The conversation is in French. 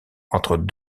entre